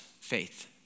faith